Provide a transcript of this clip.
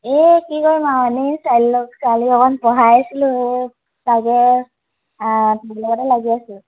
এ কি কৰিম আৰু এনেই ছোৱালী লগত ছোৱালীক অকণমান পঢ়াই আছিলোঁ তাকে অঁ তাই লগতে লাগি আছোঁ